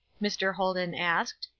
mr. holden asked,